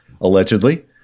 allegedly